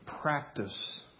practice